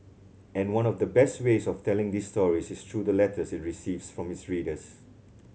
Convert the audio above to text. and one of the best ways of telling these stories is through the letters it receives from its readers